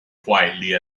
quietly